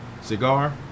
cigar